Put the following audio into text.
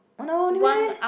one hour only meh